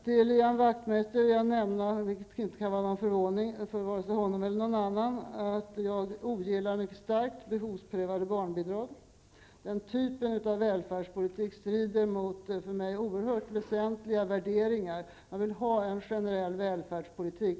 För Ian Wachtmeister vill jag nämna, vilket inte kan vara förvånande vare sig för honom eller för någon annan, att jag mycket starkt ogillar behovsprövade barnbidrag. Den typen av välfärdspolitik strider mot för mig oerhört väsentliga värderingar. jag vill ha en generell välfärdspolitik.